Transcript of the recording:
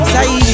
Say